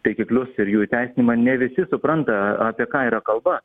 taikiklius ir jų įteisinimą ne visi supranta apie ką yra kalba